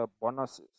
bonuses